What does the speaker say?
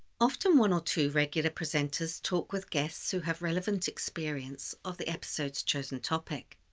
often one or two regular presenters talk with guests who have relevant experience of the episode's chosen topic.